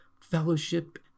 fellowship